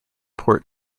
port